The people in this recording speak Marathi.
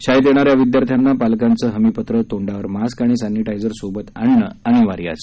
शाळेत येणाऱ्या विद्यार्थ्यांना पालकांचं हमीपत्र तोंडावर मास्क आणि सर्नीटायझर सोबत आणणं अनिवार्य आहे